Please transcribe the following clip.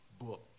book